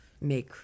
make